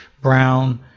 brown